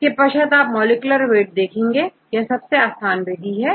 इसके पश्चात आप मॉलिक्यूलर वेट देखेंगे यह सबसे आसान है